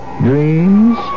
Dreams